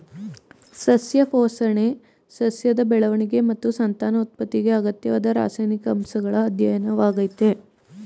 ಸಸ್ಯ ಪೋಷಣೆ ಸಸ್ಯದ ಬೆಳವಣಿಗೆ ಮತ್ತು ಸಂತಾನೋತ್ಪತ್ತಿಗೆ ಅಗತ್ಯವಾದ ರಾಸಾಯನಿಕ ಅಂಶಗಳ ಅಧ್ಯಯನವಾಗಯ್ತೆ